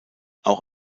auch